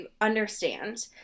understand